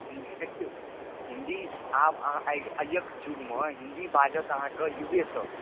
हिंदी देखिऔ हिंदी आब अहाँ आ आइअक युगमे हिंदी बाजत अहाँकेँ युवेसभ